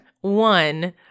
One